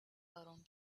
around